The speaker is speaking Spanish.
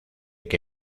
que